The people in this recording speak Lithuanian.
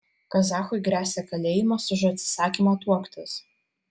kazachui gresia kalėjimas už atsisakymą tuoktis